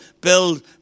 build